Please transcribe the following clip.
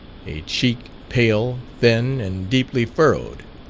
a cheek pale, thin, and deeply furrowed.